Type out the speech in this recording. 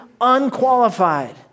unqualified